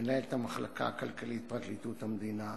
מנהלת המחלקה הכלכלית, פרקליטות המדינה,